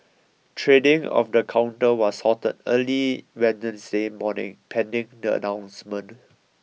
trading of the counter was halted early Wednesday morning pending the announcement